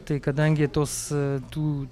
tai kadangi tos tų